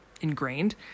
ingrained